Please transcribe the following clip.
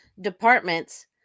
departments